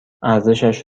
ارزشش